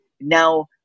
now